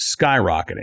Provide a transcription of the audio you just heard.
skyrocketing